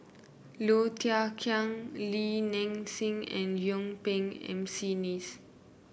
Low Thia Khiang Li Nanxing and Yuen Peng M C Neice